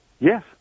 Yes